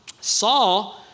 Saul